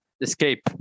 escape